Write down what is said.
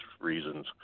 reasons